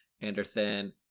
Anderson